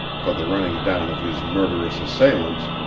for the running down of his murderous assailants,